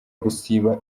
gusiba